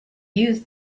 use